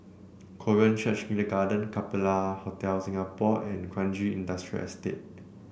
Korean Church Kindergarten Capella Hotel Singapore and Kranji Industrial Estate